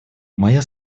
моя